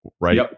right